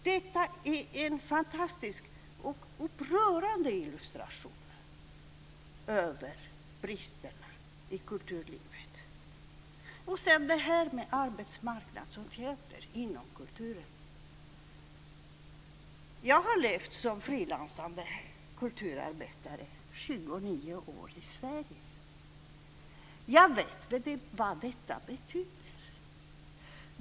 Detta är en fantastisk och upprörande illustration över bristerna i kulturlivet. Sedan är det frågan om arbetsmarknadsåtgärder inom kulturen. Jag har levt som frilansande kulturarbetare i 29 år i Sverige. Jag vet vad detta betyder.